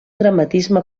dramatisme